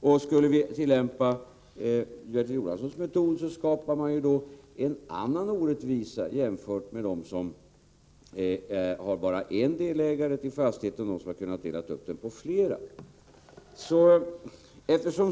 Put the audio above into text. Om vi tillämpade Bertil Jonassons metod skulle vi skapa en annan orättvisa, om vi jämför mellan dem som bara har en ägare till fastigheten och dem som har kunnat delat upp äganderätten på flera.